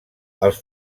els